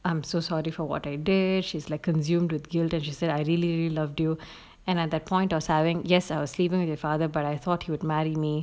I'm so sorry for what I did she's like consumed with guilt she said I really loved you and at that point I was having yes I was leaving with your father but I thought he would marry me